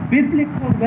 Biblical